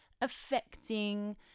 affecting